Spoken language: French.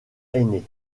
aîné